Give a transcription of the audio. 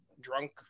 drunk